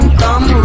come